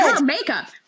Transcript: makeup